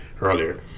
earlier